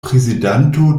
prezidanto